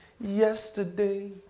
yesterday